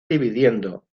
dividiendo